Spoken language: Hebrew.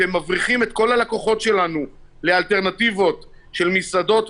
אתם מבריחים את כל הלקוחות שלנו לאלטרנטיבות של מסעדות,